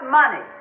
money